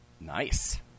Nice